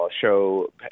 show